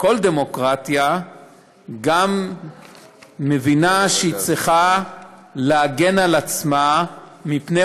כל דמוקרטיה גם מבינה שהיא צריכה להגן על עצמה מפני